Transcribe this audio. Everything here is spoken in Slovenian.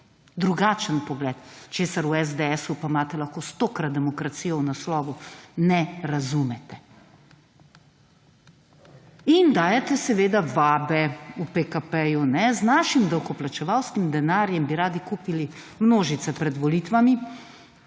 Drugačen pogled, česar v SDS, pa imate lahko stokrat demokracijo v naslovu, ne razumete. In dajete seveda vabe v PKP-ju. Z našim davkoplačevalskim denarjem bi radi kupili množice pred volitvami